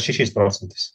šešiais procentais